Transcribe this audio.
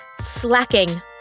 slacking